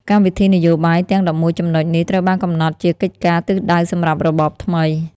កម្មវិធីនយោបាយទាំង ១១ ចំណុចនេះត្រូវបានកំណត់ជាកិច្ចការទិសដៅសម្រាប់របបថ្មី ។